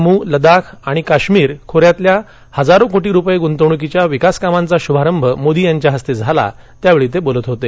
जम्मू लद्दाख आणि काश्मीर खोऱ्यातल्या हजारो कोटी रुपये गुंतवणुकीच्या विकास कामांचा शुभारंभ मोदी यांच्या हस्ते झाला त्यावेळी ते बोलत होते